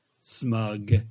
smug